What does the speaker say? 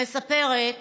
המספרת